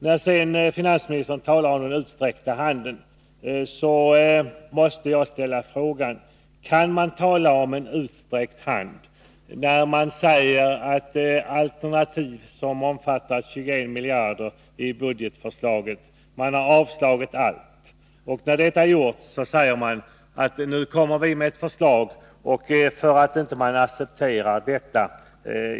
När sedan finansministern talar om den utsträckta handen måste jag ställa frågan: Kan man verkligen tala om en utsträckt hand, när socialdemokraterna, efter det att centerns budgetalternativ som innebär 21 miljarder i mindre budgetunderskott har avvisats, kommer med ett förslag om nya skatter som man begär att vi skall acceptera?